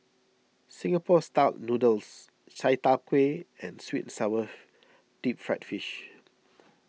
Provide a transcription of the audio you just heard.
Singapore Style Noodles Chai Tow Kway and Sweet Sour Deep Fried Fish